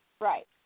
Right